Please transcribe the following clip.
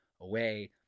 away